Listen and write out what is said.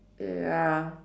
ya